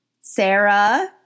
Sarah